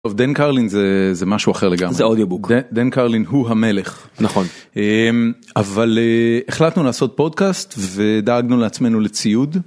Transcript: טוב, דן קרלין זה זה משהו אחר לגמרי. זה אודיובוק. דן קרלין הוא המלך. נכון. אבל החלטנו לעשות פודקאסט ודאגנו לעצמנו לציוד.